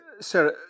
Sarah